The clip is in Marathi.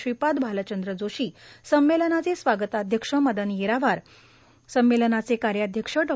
श्रीपाद भालचंद्र जोशी संमेलनाचे स्वागताध्यक्ष मदन येरावार संमेलनाचे कार्याध्यक्ष डॉ